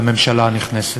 לממשלה הנכנסת.